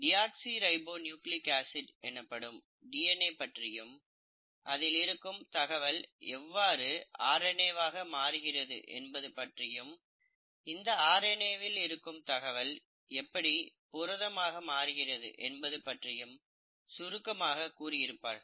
deoxyribo nucleic acid எனப்படும் DNA பற்றியும் அதில் இருக்கும் தகவல் எவ்வாறு ஆர் என் ஏ வாக மாறுகிறது என்பது பற்றியும் இந்த ஆர் என் ஏ வில் இருக்கும் தகவல் எப்படி புரதமாக மாறுகிறது என்பது பற்றியும் சுருக்கமாக கூறி இருப்பார்கள்